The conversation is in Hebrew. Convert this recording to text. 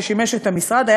ששימש את המשרד,